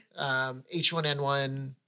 H1N1